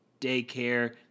daycare